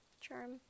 charm